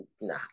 nah